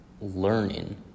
learning